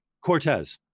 Cortez